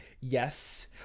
yes